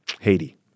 Haiti